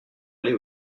allés